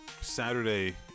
Saturday